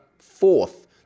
fourth